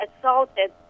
assaulted